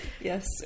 Yes